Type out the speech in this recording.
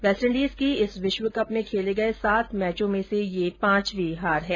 West Indies की इस विश्वकप में खेले गये सात मैचों में से ये पांचवी हार है